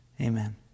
Amen